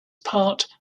part